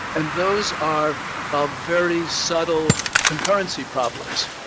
and those are ah very subtle concurrency problems,